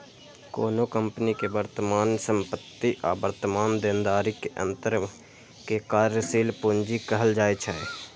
कोनो कंपनी के वर्तमान संपत्ति आ वर्तमान देनदारी के अंतर कें कार्यशील पूंजी कहल जाइ छै